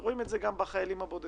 אתה רואה את זה גם בחיילים הבודדים.